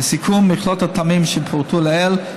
לסיכום: ממכלול הטעמים שפורטו לעיל,